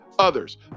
others